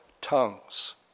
tongues